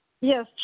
Yes